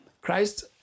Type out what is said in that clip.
christ